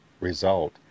result